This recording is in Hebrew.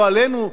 לא עלינו,